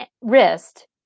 wrist